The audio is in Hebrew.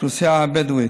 האוכלוסייה הבדואית.